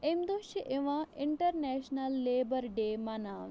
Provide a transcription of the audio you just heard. اَمہِ دۄہ چھِ یِوان اِنٹرنٮ۪شنَل لیٚبَر ڈیٚے مَناونہٕ